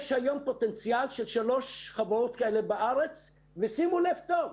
יש היום פוטנציאל של שלוש חברות כאלה בארץ ושימו לב טוב,